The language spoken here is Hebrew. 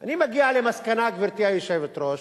אני מגיע למסקנה, גברתי היושבת-ראש,